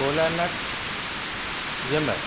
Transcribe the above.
Cola nuts یمر